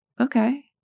okay